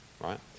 right